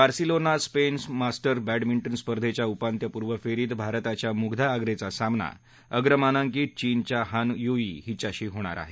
Barcelona Spain Masters badminton स्पर्धेच्या उपांत्यपूर्व फेरीत भारताच्या मुग्धा आप्रेचा सामना अग्रमानांकित चीनच्या हानयुई हिच्याशी होणार आहे